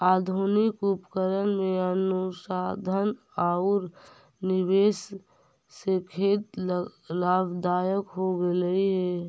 आधुनिक उपकरण में अनुसंधान औउर निवेश से खेत लाभदायक हो गेलई हे